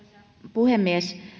puhemies